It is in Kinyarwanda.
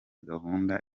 gahunda